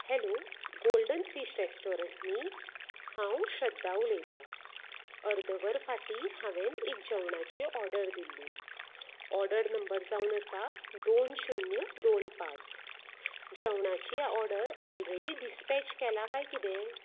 hello golden fish restaurant न्ही हांव श्रध्दा उलयतां अर्द वर फाटी हांवेन एक जेवणाची ऑर्डर दिल्ली ऑर्डर नंबर जावन आसा दोन शुन्य दोन पांच जेवणाची ऑर्डर ऑलरेडी डिसपेच केला कांय कितें